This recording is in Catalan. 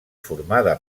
formada